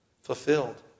fulfilled